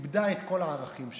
איבדה את כל הערכים שלה.